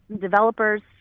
developers